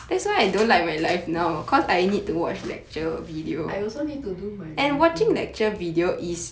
I also need to do my reading